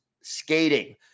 skating